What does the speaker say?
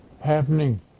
happening